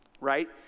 right